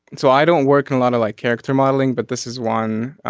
so i don't work in a lot of like character modeling but this is one